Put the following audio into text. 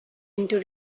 into